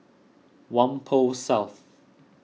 Whampoa South